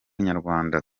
nyarwanda